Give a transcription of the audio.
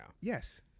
Yes